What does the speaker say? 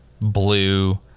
blue